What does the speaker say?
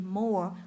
more